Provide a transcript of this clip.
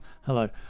hello